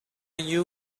you